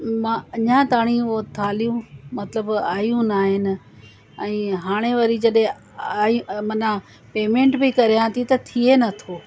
मां अञा ताईं उहो थाल्हियूं मतलबु आहियूं न आहिनि ऐं हाणे वरी जॾहिं आई माना पेमेंट बि करिया त थीए नथो